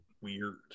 weird